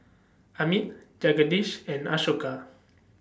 Amit Jagadish and Ashoka